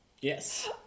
Yes